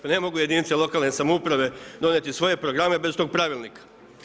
Pa ne mogu jedinice lokalne samouprave donijeti svoje programe bez tog pravilnika.